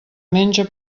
menja